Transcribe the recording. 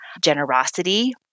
generosity